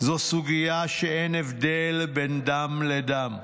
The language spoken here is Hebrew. זו סוגיה, שאין הבדל בין דם לדם.